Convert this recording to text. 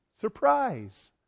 Surprise